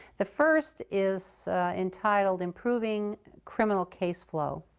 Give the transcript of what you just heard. the first is entitled, improving criminal caseflow.